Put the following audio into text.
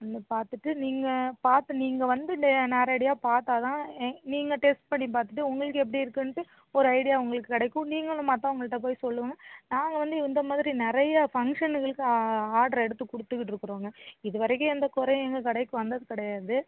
வந்து பார்த்துட்டு நீங்கள் பார்த்து நீங்கள் வந்து நேரடியாக பார்த்தா தான் நீங்கள் டேஸ்ட் பண்ணி பார்த்துட்டு உங்களுக்கு எப்படி இருக்குதுன்ட்டு ஒரு ஐடியா உங்களுக்கு கிடைக்கும் நீங்களும் மற்றவங்கள்ட்ட போய் சொல்லுங்கள் நாங்கள் வந்து இந்தமாதிரி நிறைய ஃபங்க்ஷனுங்களுக்கு ஆட்ரு எடுத்து கொடுத்துக்கிட்டு இருக்கிறோங்க இது வரைக்கும் எந்த குறையும் எங்கள் கடைக்கு வந்தது கிடையாது